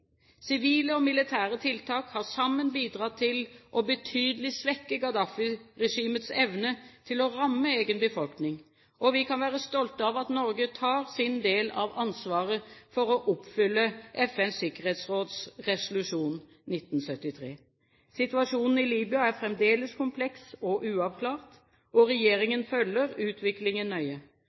Sivile og militære tiltak har sammen bidratt til å svekke Gaddafi-regimets evne til å ramme egen befolkning betydelig, og vi kan være stolte av at Norge tar sin del av ansvaret for å oppfylle FNs sikkerhetsråds resolusjon 1973. Situasjonen i Libya er fremdeles kompleks og uavklart, og regjeringen følger utviklingen nøye.